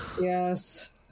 yes